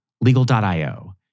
Legal.io